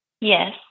Yes